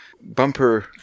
bumper